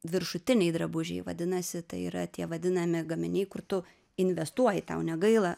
viršutiniai drabužiai vadinasi tai yra tie vadinami gaminiai kur tu investuoji tau negaila